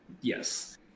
yes